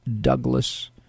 Douglas